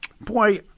Boy